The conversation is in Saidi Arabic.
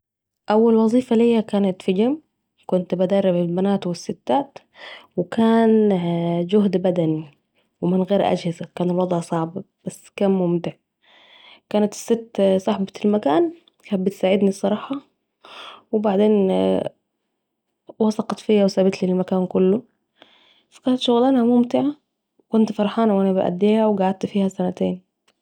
أول وظيفة ليا كانت في جيم كنت بدرب البنات والستات ، كان جهد بدني و من غير أجهزه كان الوضع صعب بس كان ممتع ، كانت الست صاحبةالمكان كانت بتساعدني الصراحه صحبة الجيم، بعدين وثقة فيا و سابتلي المكان كله، فكانت شغله ممتعه و كنت فرحانه وانا بأديها وقعدت فيها سنتين